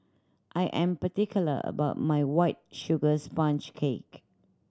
I am particular about my White Sugar Sponge Cake